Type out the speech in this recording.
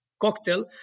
Cocktail